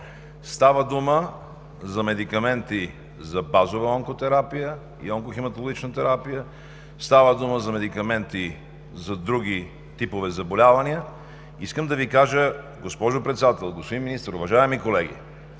става дума за медикаменти за базова онкотерапия и онкохематологична терапия. Става дума за медикаменти за други типове заболявания. Искам да Ви кажа, госпожо Председател, господин Министър, уважаеми колеги,